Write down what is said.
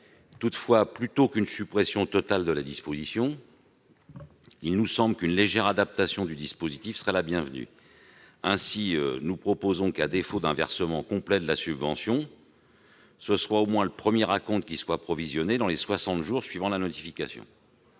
Toutefois, plutôt que de supprimer totalement la disposition, il nous semble qu'une légère adaptation du dispositif serait bienvenue. Ainsi, nous proposons que, à défaut d'un versement complet de la subvention, au moins le premier acompte soit provisionné dans les soixante jours suivant la notification.